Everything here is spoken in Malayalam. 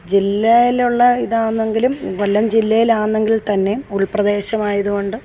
ജില്ലയിലുള്ള ഇതാന്നെങ്കിലും കൊല്ലം ജില്ലയിൽ ആന്നെങ്കിൽത്തന്നെ ഉൾപ്രദേശമായതുകൊണ്ടും